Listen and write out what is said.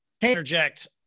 interject